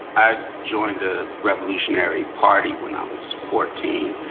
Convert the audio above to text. i joined a revolutionary party when i was fourteen.